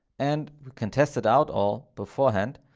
and we can test it out all beforehand.